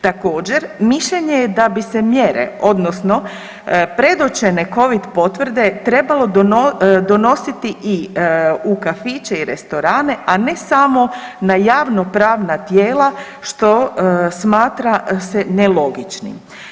Također mišljenje je da bi se mjere odnosno predočene covid potvrde trebalo donositi i u kafiće i restorane, a ne samo na javnopravna tijela što smatra se nelogičnim.